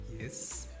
Yes